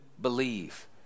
believe